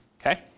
Okay